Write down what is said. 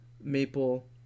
maple